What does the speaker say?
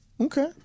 okay